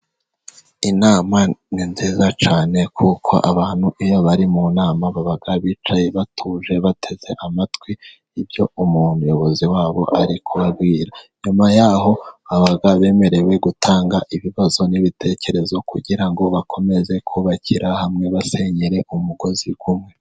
Inama ni nziza cyane, kuko abantu iyo bari mu nama baba bicaye batuje bateze amatwi ibyo umuntu umuyobozi wabo ari kubabwira, nyuma yaho baba bemerewe gutanga ibibazo n'ibitekerezo, kugira ngo bakomeze kubakira hamwe basengenyere umugozi umwe.